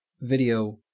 video